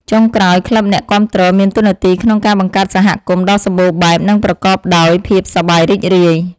ចុងក្រោយ ក្លឹបអ្នកគាំទ្រមានតួនាទីក្នុងការបង្កើតសហគមន៍ដ៏សម្បូរបែប និងប្រកបដោយភាពសប្បាយរីករាយ។